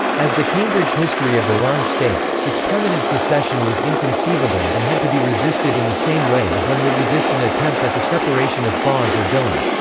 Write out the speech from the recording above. as the cambridge history of iran states, its permanent secession was inconceivable and had to be resisted in the same way as one would resist an attempt at the separation of fars or gilan.